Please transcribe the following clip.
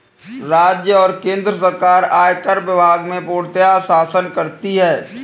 राज्य और केन्द्र सरकार आयकर विभाग में पूर्णतयः शासन करती हैं